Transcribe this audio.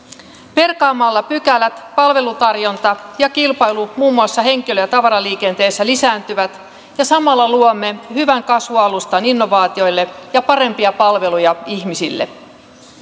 perkaamalla pykälät palvelutarjonta ja kilpailu muun muassa henkilö ja tavaraliikenteessä lisääntyvät ja samalla luomme hyvän kasvualustan innovaatioille ja parempia palveluja ihmisille